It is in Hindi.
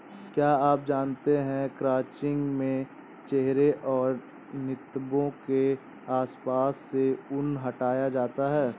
क्या आप जानते है क्रचिंग में चेहरे और नितंबो के आसपास से ऊन हटाया जाता है